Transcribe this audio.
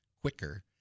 quicker